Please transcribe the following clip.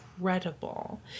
incredible